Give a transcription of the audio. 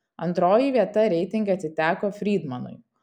antroji vieta reitinge atiteko frydmanui